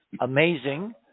amazing